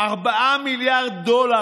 4 מיליארד דולר,